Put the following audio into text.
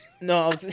No